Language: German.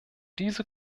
diese